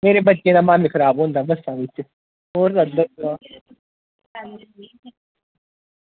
मेरे बच्चें दा मन खराब होंदा बस्सें बिच होर दिक्खो किश